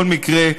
בכל מקרה,